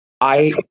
I-